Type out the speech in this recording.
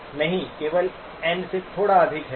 नहीं केवल एन से थोड़ा अधिक है